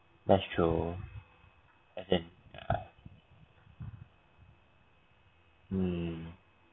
that's true and mm